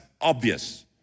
obvious